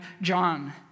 John